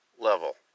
level